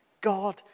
God